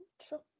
Sure